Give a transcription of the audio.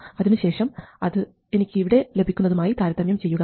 അതിനുശേഷം അത് എനിക്ക് ഇവിടെ ലഭിക്കുന്നതും ആയി താരതമ്യം ചെയ്യുക